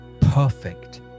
perfect